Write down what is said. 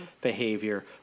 behavior